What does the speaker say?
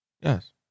Yes